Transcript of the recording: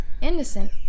Innocent